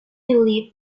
believe